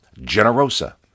Generosa